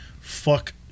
fuck